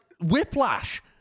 whiplash